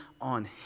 on